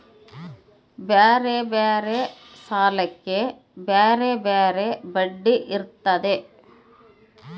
ಬ್ಯಾರೆ ಬ್ಯಾರೆ ಸಾಲಕ್ಕ ಬ್ಯಾರೆ ಬ್ಯಾರೆ ಬಡ್ಡಿ ಇರ್ತತೆ